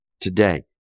today